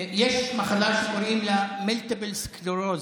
יש מחלה שקוראים לה מולטיפל סקלרוזיס,